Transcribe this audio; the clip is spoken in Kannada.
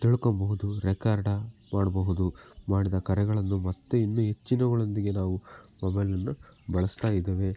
ತಿಳ್ಕೋಬಹುದು ರೆಕಾರ್ಡ್ ಮಾಡಬಹುದು ಮಾಡಿದ ಕರೆಗಳನ್ನು ಮತ್ತೆ ಇನ್ನೂ ಹೆಚ್ಚಿನವುಗಳೊಂದಿಗೆ ನಾವು ಮೊಬೈಲನ್ನು ಬಳಸ್ತಾ ಇದ್ದೀವಿ